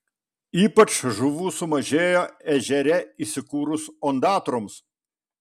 ypač žuvų sumažėjo ežere įsikūrus ondatroms